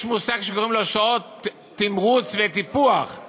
יש מושג שקוראים לו "שעות תמרוץ וטיפוח";